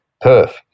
Perth